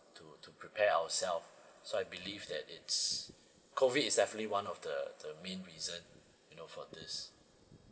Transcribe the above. to to prepare ourselves so I believe that it's COVID is definitely one of the the main reason you know for this